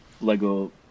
Lego